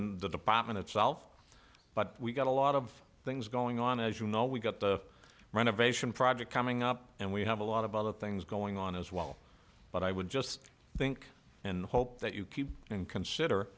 and the department itself but we've got a lot of things going on as you know we've got the renovation project coming up and we have a lot of other things going on as well but i would just think and hope that you keep and consider